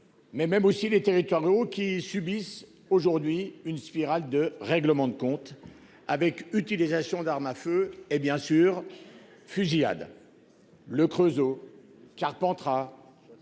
Mais même aussi les territoires ruraux qui subissent aujourd'hui une spirale de règlements de comptes avec utilisation d'armes à feu. Hé bien sûr, fusillade. Le Creusot qui arpentera.